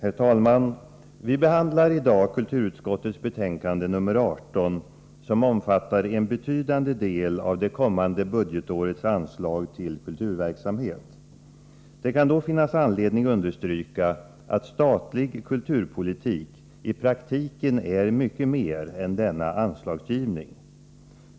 Herr talman! Vi behandlar i dag kulturutskottets betänkande nr 18, som omfattar en betydande del av det kommande budgetårets anslag till kulturverksamhet. Det kan då finnas anledning understryka att statlig kulturpolitik i praktiken är mycket mer än denna anslagsgivning.